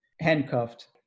handcuffed